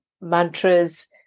mantras